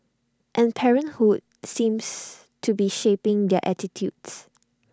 and parenthood seems to be shaping their attitudes